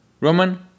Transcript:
Roman